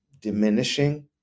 diminishing